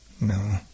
No